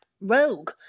rogue